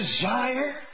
desire